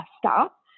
stop